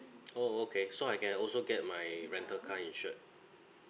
oh okay so I can also get my rental car insured